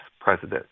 president